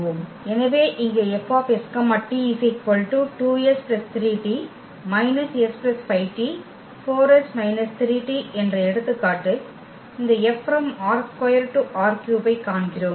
எனவே இங்கே என்ற எடுத்துக்காட்டு இந்த F ℝ2 → ℝ3 ஐக் காண்கிறோம்